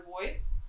voice